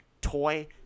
Toy